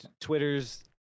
twitters